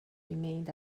remained